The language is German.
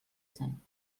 sein